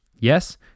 Yes